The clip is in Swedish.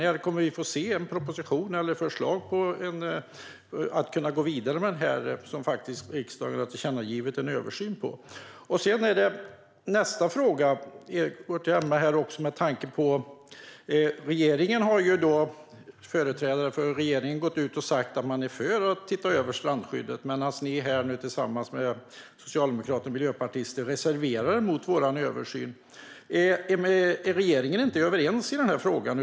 När kommer vi att få se en proposition eller ett förslag till hur man ska kunna gå vidare med den här översynen som riksdagen har tillkännagivit för regeringen? Nästa fråga ställer jag med tanke på att företrädare för regeringen har gått ut och sagt att man är för att se över strandskyddet. Men här reserverar ni socialdemokrater och ni miljöpartister er mot vår översyn. Är regeringen inte överens i den här frågan?